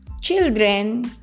Children